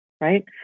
right